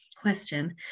question